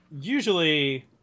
usually